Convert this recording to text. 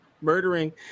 murdering